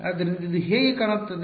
ಆದ್ದರಿಂದ ಇದು ಹೇಗೆ ಕಾಣುತ್ತದೆ